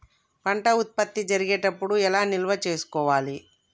పంట ఉత్పత్తి జరిగేటప్పుడు ఎలా నిల్వ చేసుకోవాలి?